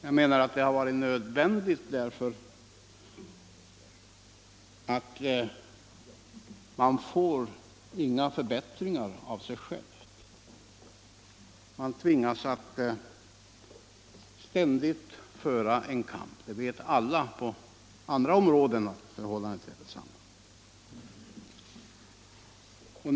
Jag menar att det har varit nödvändigt därför att inga förbättringar kommer av sig själva. Man tvingas att ständigt föra en kamp — och alla vet att förhållandet är detsamma på andra områden.